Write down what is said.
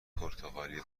پرتغالی